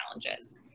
challenges